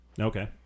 Okay